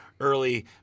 early